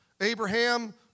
Abraham